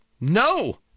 no